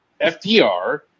FDR